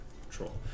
control